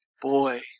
boy